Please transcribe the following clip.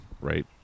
right